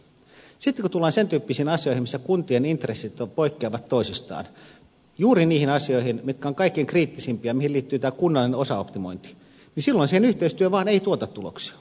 sitten kun tullaan sen tyyppisiin asioihin missä kuntien intressit poikkeavat toisistaan juuri niihin asioihin mitkä ovat kaikkein kriittisimpiä mihin liittyy tämä kunnallinen osaoptimointi silloin se yhteistyö vaan ei tuota tuloksia